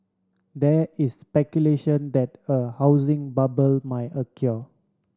there is speculation that a housing bubble may occur